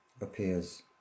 appears